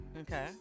Okay